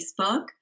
Facebook